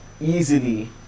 easily